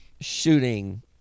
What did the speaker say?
shooting